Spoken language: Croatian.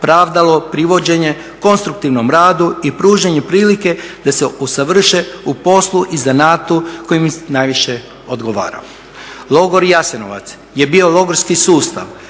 pravdalo privođenje konstruktivnom radu i pružanju prilike da se usavrše u poslu i zanatu koji im najviše odgovara. Logor Jasenovac je bio logorski sustav